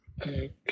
Okay